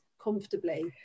comfortably